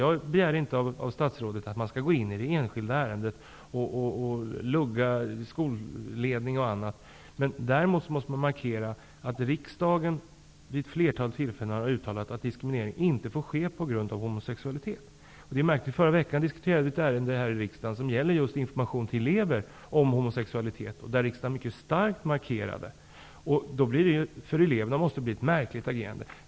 Jag begärde inte av statsrådet att man skall gå in i det enskilda ärendet och lugga skolledning osv., men däremot måste man markera att riksdagen vid ett flertal tillfällen har uttalat att diskriminering inte får ske på grund av homosexualitet. Förra veckan diskuterade vi här i riksdagen ett ärende som gäller just information till elever om homosexualitet, och då gjorde riksdagen en mycket stark markering. För eleverna måste det vara ett märkligt agerande.